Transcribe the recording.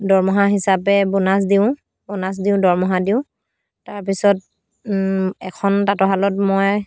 দৰমহা হিচাপে বনাছ দিওঁ বনাছ দিওঁ দৰমহা দিওঁ তাৰপিছত এখন তাঁতৰশালত মই